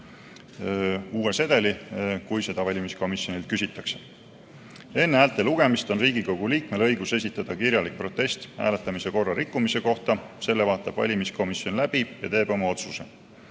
uue sedeli, kui seda valimiskomisjonilt küsitakse. Enne häälte lugemist on Riigikogu liikmel õigus esitada kirjalik protest hääletamise korra rikkumise kohta. Selle vaatab läbi valimiskomisjon ja teeb oma otsuse.